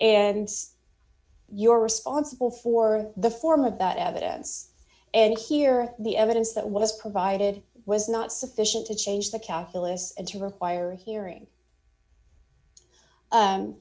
if you're responsible for the form of that evidence and here the evidence that was provided was not sufficient to change the calculus and to require hearing